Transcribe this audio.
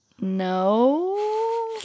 no